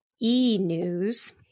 e-news